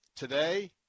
Today